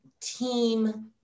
team